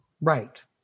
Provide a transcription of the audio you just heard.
Right